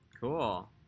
Cool